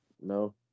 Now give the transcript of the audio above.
no